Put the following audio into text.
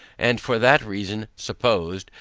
and for that reason, supposed,